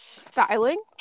styling